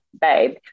babe